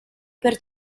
per